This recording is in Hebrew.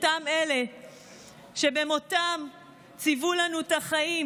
של אותם אלה שבמותם ציוו לנו את החיים